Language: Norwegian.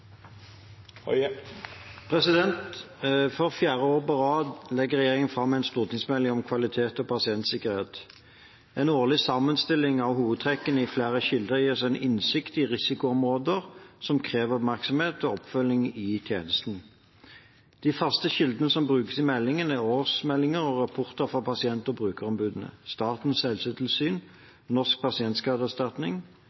For fjerde år på rad legger regjeringen fram en stortingsmelding om kvalitet og pasientsikkerhet. En årlig sammenstilling av hovedtrekkene i flere kilder gir oss en innsikt i risikoområder som krever oppmerksomhet og oppfølging i tjenesten. De faste kildene som brukes i meldingen, er årsmeldinger og rapporter fra pasient- og brukerombudene, Statens